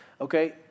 Okay